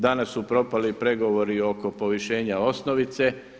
Danas su propali pregovori oko povišenja osnovice.